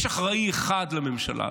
יש אחראי אחד לממשלה הזאת,